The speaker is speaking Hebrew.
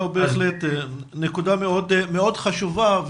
בהחלט נקודה חשובה,